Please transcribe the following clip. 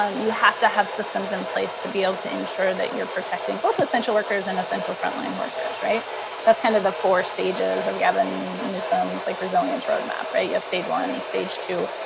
um you have to have systems in place to be able to ensure that you're protecting both essential workers and essential frontline workers. that's kind of the four stages that we have in newsom's like resilience roadmap, right? you have stage one and stage two.